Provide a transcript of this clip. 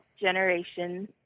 generation